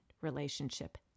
relationship